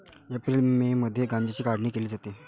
April May मध्ये गांजाची काढणी केली जाते